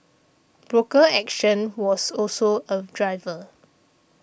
broker action was also a driver